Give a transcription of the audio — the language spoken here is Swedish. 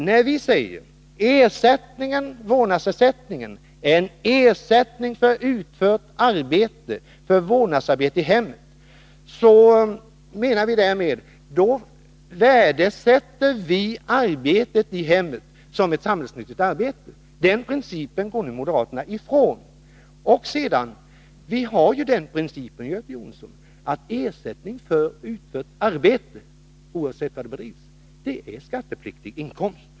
När vi säger att vårdnadsersättningen är en ersättning för vårdnadsarbete i hemmet, innebär det att vi betraktar arbetet i hemmet som ett samhällsnyttigt arbete. Den principen går nu moderaterna ifrån. Sedan har vi ju den principen, Göte Jonsson, att ersättning för utfört arbete — oavsett var arbetet bedrivs — är skattepliktig inkomst.